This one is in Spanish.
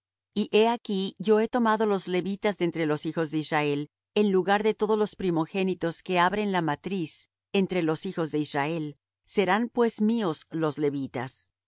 y he aquí yo he tomado los levitas de entre los hijos de israel en lugar de todos los primogénitos que abren la matriz entre los hijos de israel serán pues míos los levitas